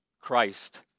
Christ